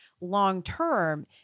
long-term